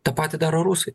tą patį daro rusai